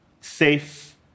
safe